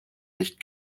nicht